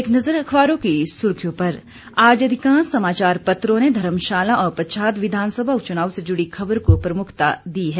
एक नज़र अखबारों की सुर्खियों पर आज अधिकांश समाचार पत्रों ने धर्मशाला और पच्छाद विधानसभा उपचुनाव से जुड़ी ख़बर को प्रमुखता दी है